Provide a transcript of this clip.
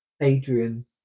Adrian